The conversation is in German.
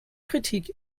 kritik